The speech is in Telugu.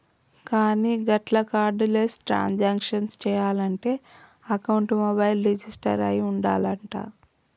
కానీ గట్ల కార్డు లెస్ ట్రాన్సాక్షన్ చేయాలంటే అకౌంట్ మొబైల్ రిజిస్టర్ అయి ఉండాలంట